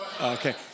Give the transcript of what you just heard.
Okay